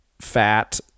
fat